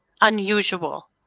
Unusual